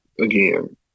again